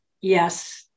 yes